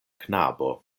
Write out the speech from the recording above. knabo